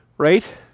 Right